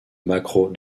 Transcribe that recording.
macro